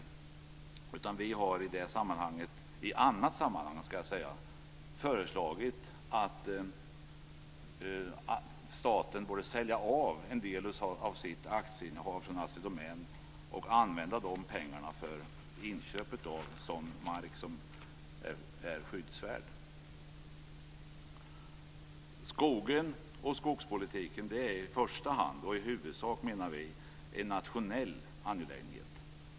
Vi moderater har i ett annat sammanhang föreslagit att staten borde sälja av sitt aktieinnehav i Assi Domän och använda de pengarna för inköp av sådan mark som är skyddsvärd. Skogen och skogspolitiken menar vi är i första hand en nationell angelägenhet.